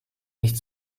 nicht